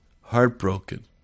heartbroken